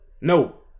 no